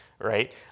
right